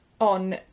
on